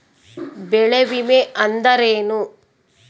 ಬೆಳೆ ವಿಮೆ ಅಂದರೇನು?